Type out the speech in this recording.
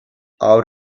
out